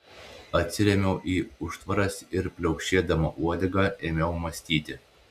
atsirėmiau į užtvaras ir pliaukšėdama uodega ėmiau mąstyti